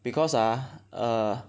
because uh err